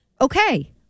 okay